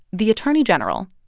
the attorney general,